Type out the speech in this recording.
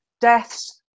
deaths